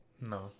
No